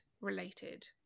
related